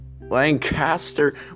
Lancaster